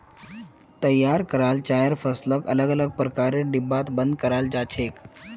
तैयार कराल चाइर फसलक अलग अलग प्रकारेर डिब्बात बंद कराल जा छेक